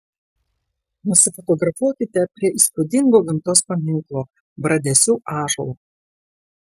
nusifotografuokite prie įspūdingo gamtos paminklo bradesių ąžuolo